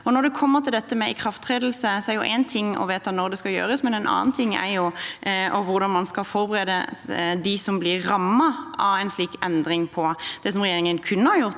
Når det gjelder dette med ikrafttredelse, er jo én ting å vedta når det skal gjøres, en annen ting er hvordan man skal forberede dem som blir rammet av en slik endring. Det regjeringen kunne ha gjort,